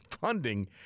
funding